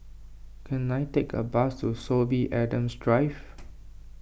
can I take a bus to Sorby Adams Drive